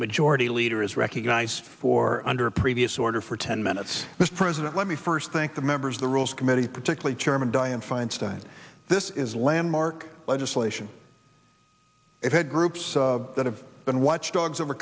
majority leader is recognized for under a previous order for ten minutes mr president let me first think the members of the rules committee particularly chairman dianne feinstein this is landmark legislation it had groups that have been watchdogs over